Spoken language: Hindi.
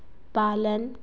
पालन